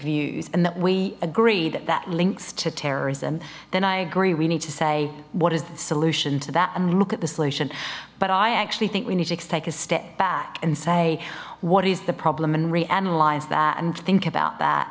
views and that we agree that that links to terrorism then i agree we need to say what is the solution to that and look at the solution but i actually think we need to take a step back and say what is the problem and reanalyze that and think about